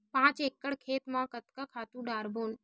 पांच एकड़ खेत म कतका खातु डारबोन?